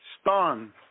Stunned